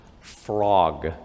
FROG